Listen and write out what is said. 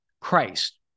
Christ